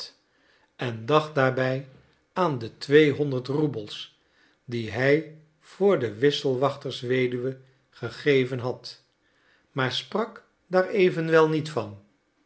en dacht daarbij aan de twee honderd roebels die hij voor de wisselwachtersweduwe gegeven had maar sprak daar evenwel niet van